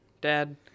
Dad